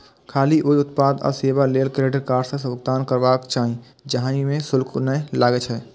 खाली ओइ उत्पाद आ सेवा लेल क्रेडिट कार्ड सं भुगतान करबाक चाही, जाहि मे शुल्क नै लागै छै